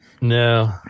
No